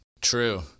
True